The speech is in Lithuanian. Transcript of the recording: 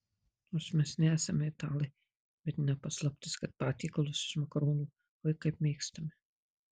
nors mes nesame italai bet ne paslaptis kad patiekalus iš makaronų oi kaip mėgstame